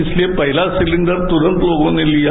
इसलिये पहला सिलेंडर तुरन्त लोगों ने लिया